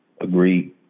Agreed